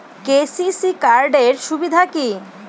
KCC card এর সুবিধা কি?